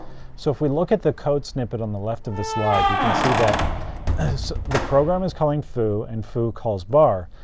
so if we look at the code snippet on the left of the slide, you can see that the program is calling foo, and foo calls bar.